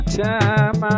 time